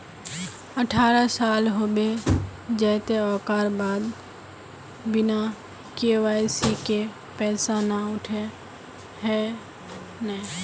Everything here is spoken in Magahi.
अठारह साल होबे जयते ओकर बाद बिना के.वाई.सी के पैसा न उठे है नय?